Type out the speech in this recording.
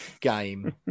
game